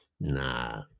nah